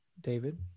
David